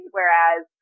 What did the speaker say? Whereas